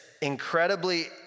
incredibly